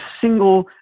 single